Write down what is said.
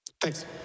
Thanks